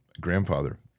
grandfather